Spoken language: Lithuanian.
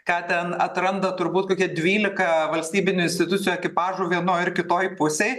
ką ten atranda turbūt kokie dvylika valstybinių institucijų ekipažų vienoj ir kitoj pusėj